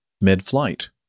mid-flight